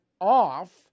off